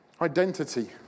Identity